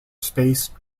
space